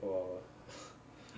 !wah!